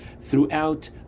throughout